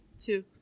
two